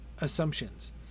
assumptions